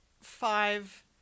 five